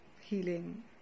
healing